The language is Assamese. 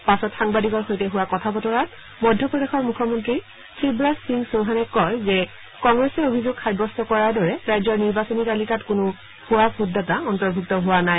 পাছত সাংবাদিকৰ সৈতে হোৱা কথা বতৰাত মধ্যপ্ৰদেশৰ মুখ্যমন্ত্ৰী শিৱৰাজ সিং চৌহানে কয় যে কংগ্ৰেছে অভিযোগ সাব্যস্ত কৰাৰ দৰে ৰাজ্যৰ নিৰ্বাচনী তালিকাত কোনো ভূৱা ভোটদাতা অন্তৰ্ভুক্ত হোৱা নাই